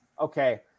okay